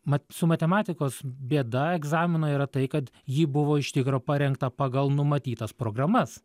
mat su matematikos bėda egzamino yra tai kad ji buvo iš tikro parengta pagal numatytas programas